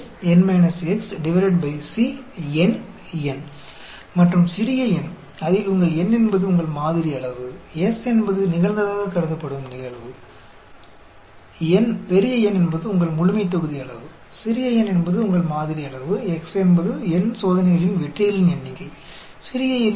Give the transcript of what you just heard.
उदाहरण के लिए यदि मेरे पास एक बॉक्स में 100 गेंदें हैं तो उसमें से 10 गेंदें काली हैं कैपिटल S अगर मैं गेंदों को उठा रही हूं तो मैं काली गेंदों को उठाना चाहती हूं कैपिटल S 10 होगी और n 100 हो सकती है